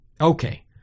Okay